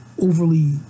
overly